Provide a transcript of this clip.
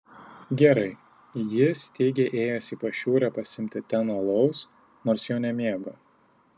gerai jis teigė ėjęs į pašiūrę pasiimti ten alaus nors jo nemėgo